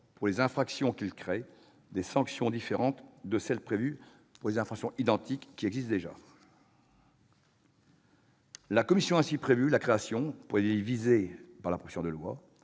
pour les infractions qu'il crée, des sanctions différentes de celles qui sont prévues pour des infractions identiques existant déjà. La commission a ainsi prévu la création, pour les délits visés par la proposition de loi